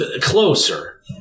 Closer